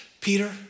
Peter